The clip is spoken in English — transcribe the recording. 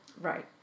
right